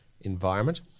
environment